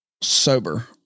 sober